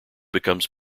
becomes